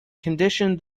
condition